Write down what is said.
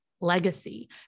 legacy